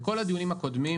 בכל הדיונים הקודמים,